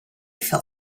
fell